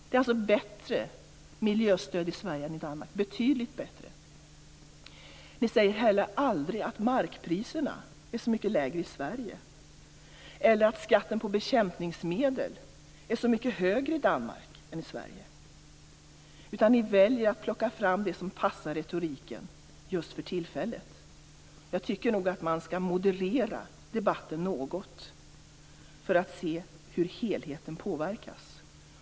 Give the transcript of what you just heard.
Det är alltså ett betydligt bättre miljöstöd i Sverige än i Danmark. Ni säger heller aldrig att markpriserna är så mycket lägre i Sverige eller att skatten på bekämpningsmedel är så mycket högre i Danmark än i Sverige. Ni väljer att plocka fram det som passar retoriken just för tillfället. Jag tycker nog att man skall moderera debatten något och se hur helheten påverkas.